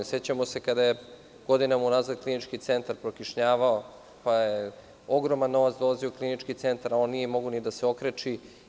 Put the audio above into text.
Sećamo se kada je godinama unazad Klinički centar prokišnjavao, pa je ogroman novac dolazio u Klinički centar, a on nije mogao ni da se okreči.